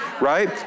right